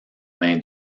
main